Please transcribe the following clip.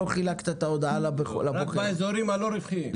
רק באזורים הלא רווחיים.